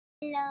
Hello